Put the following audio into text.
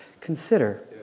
consider